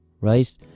Right